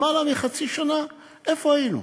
למעלה מחצי שנה, איפה היינו?